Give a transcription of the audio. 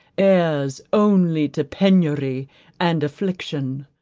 heirs only to penury and affliction.